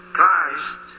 Christ